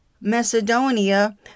Macedonia